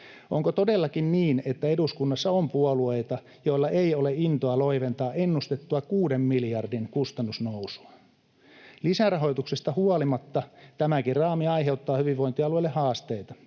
Onko todellakin niin, että eduskunnassa on puolueita, joilla ei ole intoa loiventaa ennustettua kuuden miljardin kustannusnousua? Lisärahoituksesta huolimatta tämäkin raami aiheuttaa hyvinvointialueille haasteita.